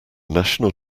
national